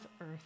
earth